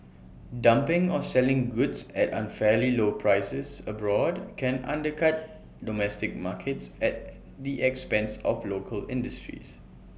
dumping or selling goods at unfairly low prices abroad can undercut domestic markets at the expense of local industries